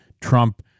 Trump